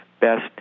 best